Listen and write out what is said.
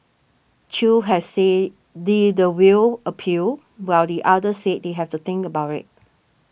Chew has said the the will appeal while the other said they have to think about it